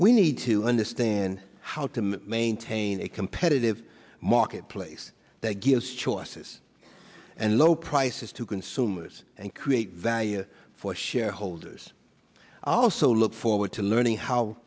we need to understand how to maintain a competitive marketplace that gives choices and low prices to consumers and create value for shareholders also look forward to learning how